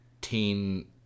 teen